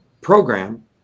program